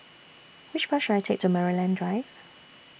Which Bus should I Take to Maryland Drive